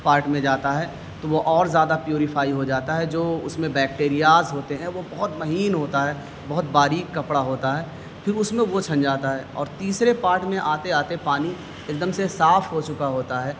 part میں جاتا ہے تو وہ اور زیادہ پیوریفائی ہو جاتا ہے جو اس میں بیکٹیریاز ہوتے ہیں وہ بہت مہین ہوتا ہے بہت باریک کپڑا ہوتا ہے پھر اس میں وہ چھن جاتا ہے اور تیسرے پارٹ میں آتے آتے پانی ایک دم سے صاف ہو چکا ہوتا ہے